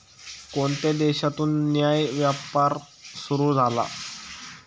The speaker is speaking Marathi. कोणत्या देशातून न्याय्य व्यापार सुरू झाला?